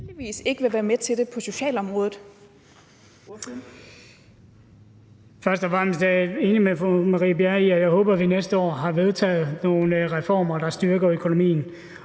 vil være med til det på socialområdet?